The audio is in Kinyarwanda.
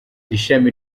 ishami